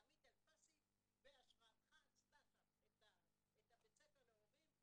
ימית אלפסי בהשראתך עשתה שם את בית הספר להורים.